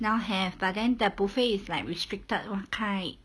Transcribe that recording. now have but then the buffet is like restricted [one] type